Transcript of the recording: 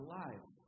lives